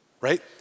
right